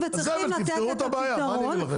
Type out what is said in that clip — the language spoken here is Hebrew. תפתרו את הבעיה.